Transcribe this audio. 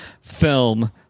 film